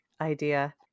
idea